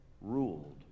ruled